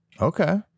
Okay